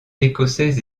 écossais